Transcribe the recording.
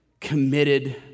committed